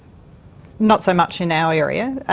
not so much in our area.